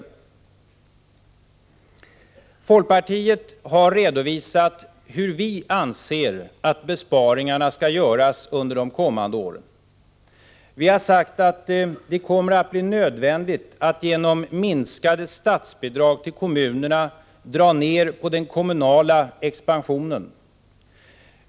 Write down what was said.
Vi i folkpartiet har redovisat hur vi anser att besparingarna skall göras under de kommande åren. Vi har sagt att det kommer att bli nödvändigt att genom minskade statsbidrag till kommunerna dra ned på den kommunala expansionen.